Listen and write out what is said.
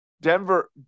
Denver